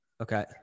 Okay